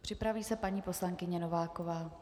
Připraví se paní poslankyně Nováková.